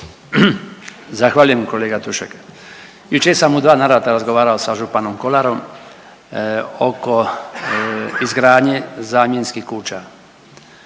Zahvaljujem kolega Tušek. Jučer sam u dva navrata razgovarao za županom Kolarom oko izgradnje zamjenskih kuća